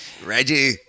Reggie